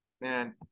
Man